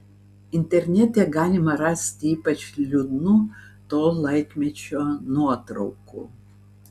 internete galima rasti ypač liūdnų to laikmečio nuotraukų